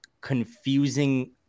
confusing